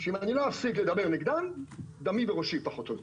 שאם לא אפסיק לדבר נגדם דמי בראשי, פחות או יותר.